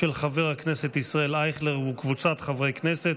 של חבר הכנסת ישראל אייכלר וקבוצת חברי הכנסת,